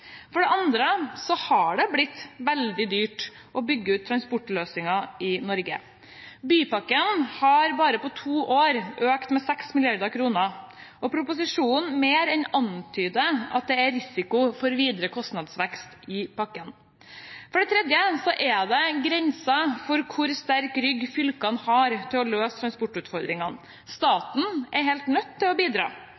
For det andre har det blitt veldig dyrt å bygge ut transportløsninger i Norge. Bypakken har bare på to år økt med 6 mrd. kr. Proposisjonen mer enn antyder at det er risiko for videre kostnadsvekst i pakken. For det tredje er det grenser for hvor sterk rygg fylkene har til å løse transportutfordringene.